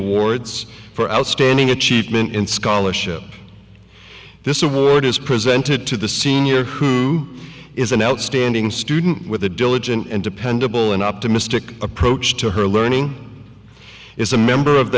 awards for outstanding achievement in scholarship this award is presented to the senior who is an outstanding student with a diligent and dependable and optimistic approach to her learning is a member of